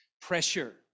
pressure